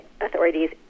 authorities